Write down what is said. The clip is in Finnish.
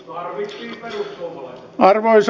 arvoisa puhemies